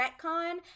retcon